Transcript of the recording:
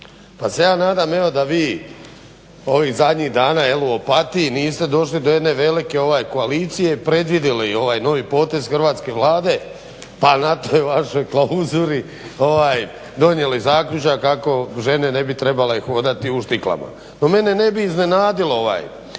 Pa se ja nadam da evo vi ovih zadnjih dana u Opatiji niste došli do jedne velike koalicije i predvidjeli ovaj novi potez hrvatske Vlade pa na toj vašoj klauzuli donijeli zaključak kako žene ne bi trebale hodati u štiklama. No, mene ne bi iznenadilo da